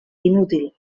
inútil